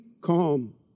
calm